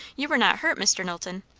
you were not hurt, mr. knowlton?